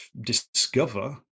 discover